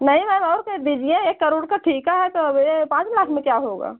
नहीं मैम और कर दीजिए एक करोड़ का ठीका है तो अब यह पाँच लाख में क्या होगा